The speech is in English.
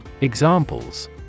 Examples